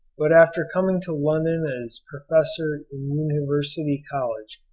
but after coming to london as professor in university college,